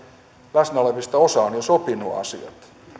läsnä olevista osa on jo sopinut asiat niin